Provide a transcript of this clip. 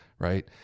Right